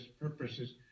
purposes